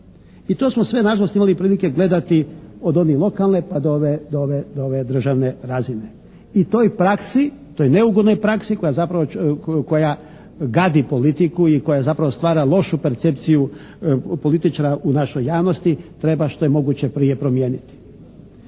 I to smo sve nažalost imali prilike gledati od one lokalne pa do ove državne razine. I toj praksi, toj neugodnoj praksi koja zapravo gadi politiku i koja zapravo stvara lošu percepciju političara u našoj javnosti treba što je moguće prije promijeniti.